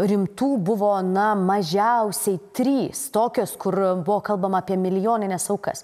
rimtų buvo na mažiausiai trys tokios kur buvo kalbama apie milijonines aukas